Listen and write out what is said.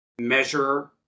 measure